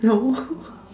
no